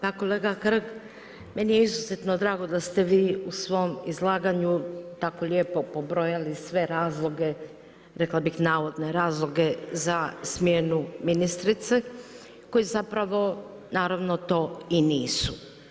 Pa kolega Hrg, meni je izuzetno drago da ste vi u svom izlaganju tako lijepo pobrojali sve razloge, rekla bih navodne razloge za smjenu ministrice koji zapravo naravno to i nisu.